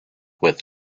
with